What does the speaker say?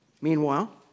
Meanwhile